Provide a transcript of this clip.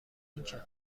اینکه